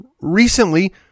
recently